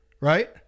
Right